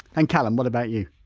and callum, what about you?